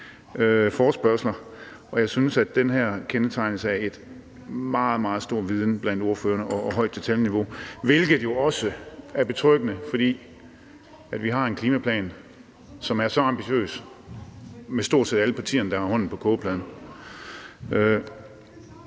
og jeg synes, at den her kendetegnes af en meget, meget stor viden blandt ordførerne og et højt detaljeniveau, hvilket jo også er betryggende. For vi har en klimaplan med stort set alle partierne, der har hånden på kogepladen,